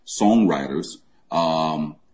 songwriters